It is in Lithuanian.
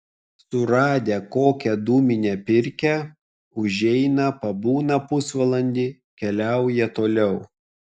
suradę kokią dūminę pirkią užeina pabūna pusvalandį keliauja toliau